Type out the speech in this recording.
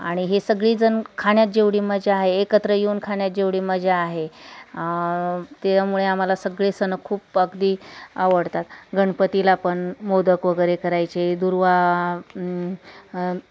आणि हे सगळीजण खाण्यात जेवढी मजा आहे एकत्र येऊन खाण्यात जेवढी मजा आहे त्याच्यामुळे आम्हाला सगळे सणं खूप अगदी आवडतात गणपतीला पण मोदक वगैरे करायचे दुर्वा